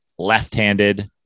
left-handed